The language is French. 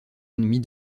ennemis